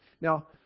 Now